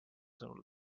sõnul